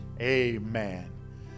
amen